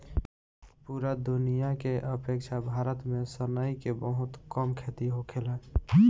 पूरा दुनिया के अपेक्षा भारत में सनई के बहुत कम खेती होखेला